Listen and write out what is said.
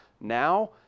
Now